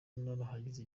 naragize